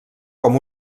com